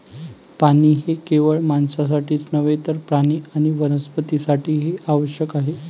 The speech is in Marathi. पाणी हे केवळ माणसांसाठीच नव्हे तर प्राणी आणि वनस्पतीं साठीही आवश्यक आहे